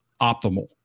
optimal